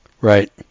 Right